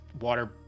water